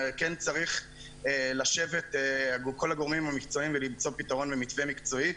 כן צריך לשבת כל הגורמים המקצועיים ולמצוא פתרון ומתווה מקצועי.